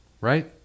right